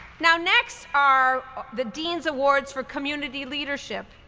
now next are the dean's awards for community leadership.